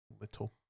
little